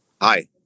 Hi